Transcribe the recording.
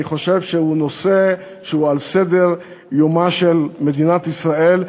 אני חושב שזהו נושא על סדר-יומה של מדינת ישראל,